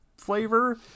flavor